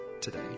today